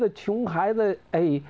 the a